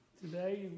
today